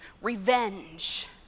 revenge